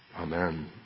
Amen